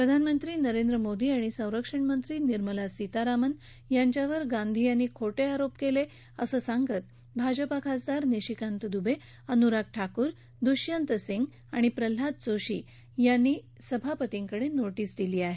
प्रधानमंत्री नरेंद्र मोदी आणि संरक्षणमंत्री निर्मला सीतारामन यांच्यावर गांधी यांनी खोटे आरोप केले असं सांगत भाजपा खासदार निशिकांत दुबे अनुराग ठाकूर दुष्यंत सिंग आणि प्रल्हाद जोशी यांनी सभापतींकडे नोटीस दिली आहे